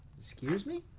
excuse me?